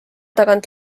tagant